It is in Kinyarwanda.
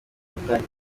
gikorwa